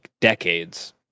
decades